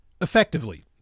effectively